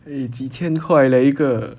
eh 几千块 leh 一个